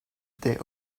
they